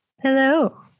Hello